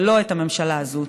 ולא את הממשלה הזאת.